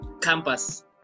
campus